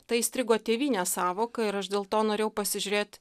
ta įstrigo tėvynės sąvoka ir aš dėl to norėjau pasižiūrėti